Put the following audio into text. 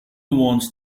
ones